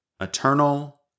eternal